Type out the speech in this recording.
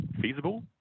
feasible